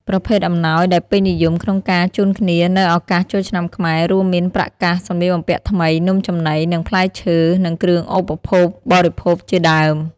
ប្រភេទអំណោយដែលពេញនិយមក្នុងការជូនគ្នានៅឱកាសចូលឆ្នាំខ្មែរ រួមមាន ប្រាក់កាស សម្លៀកបំពាក់ថ្មី នំចំណី និងផ្លែឈើ និងគ្រឿងឧបភោគបរិភោគជាដើម។